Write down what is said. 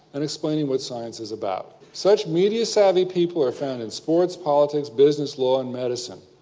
and explaining what science is about. such media-savvy people are found in sports, politics, business, law, and medicine.